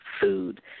food